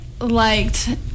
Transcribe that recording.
liked